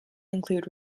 include